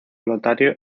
lotario